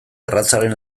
erratzaren